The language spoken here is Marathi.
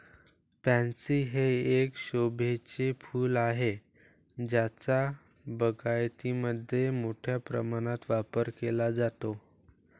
पॅन्सी हे एक शोभेचे फूल आहे ज्याचा बागायतीमध्ये मोठ्या प्रमाणावर वापर केला जातो